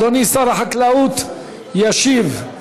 אדוני שר החקלאות ישיב.